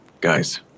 Guys